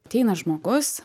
ateina žmogus